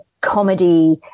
comedy